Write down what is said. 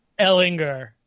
Ellinger